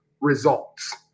results